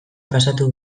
pasatu